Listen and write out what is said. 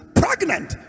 pregnant